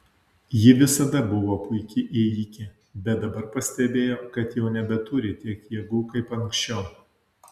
ji visada buvo puiki ėjike bet dabar pastebėjo kad jau nebeturi tiek jėgų kaip anksčiau